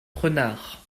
renards